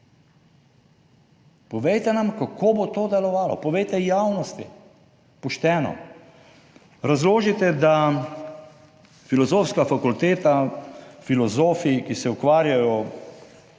Povejte nam, kako bo to delovalo, povejte javnosti, pošteno. Razložite, da Filozofska fakulteta, filozofi, ki se ukvarjajo